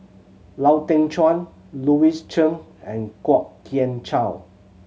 Lau Teng Chuan Louis Chen and Kwok Kian Chow